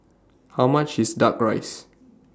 How much IS Duck Rice